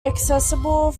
accessible